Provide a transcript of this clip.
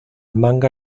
manga